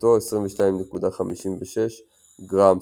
שצפיפותו 22.56 גרם/סמ"ק.